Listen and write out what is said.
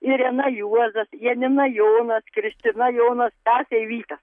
irena juozas janina jonas kristina jonas stasė vyta